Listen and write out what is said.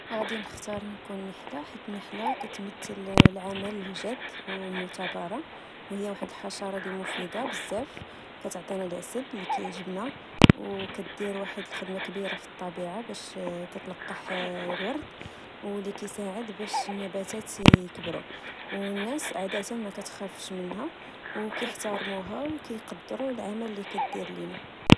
غادي نختار نكون نحلة حتنحلة كتمثل العمل الجاد و المتابرة، و هي واحد الحشرة لي مفيدة بزاف، كتعطينا العسل لي كيعجبنا، و كدير واحد الخدمة كبيرة في الطبيعة، باش كتلقح الورد، و لي كيساعد بش النباتات يكبروا، و الناس عادة ما كتخافش منها، و كيحتارموها، و كيقدروا العمل إللي كاتدير لينا